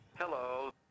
Hello